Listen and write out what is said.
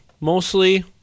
mostly